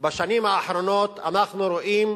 בשנים האחרונות אנחנו רואים